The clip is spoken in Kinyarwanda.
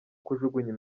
kujugunya